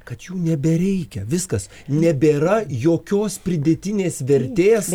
kad jų nebereikia viskas nebėra jokios pridėtinės vertės